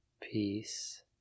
Peace